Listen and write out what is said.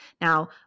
Now